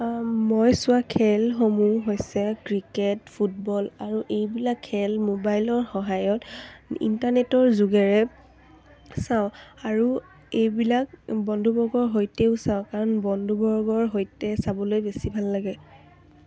মই চোৱা খেলসমূহ হৈছে ক্ৰিকেট ফুটবল আৰু এইবিলাক খেল মোবাইলৰ সহায়ত ইণ্টাৰনেটৰ যোগেৰে চাওঁ আৰু এইবিলাক বন্ধুবৰ্গৰ সৈতেও চাওঁ কাৰণ বন্ধুবৰ্গৰ সৈতে চাবলৈ বেছি ভাল লাগে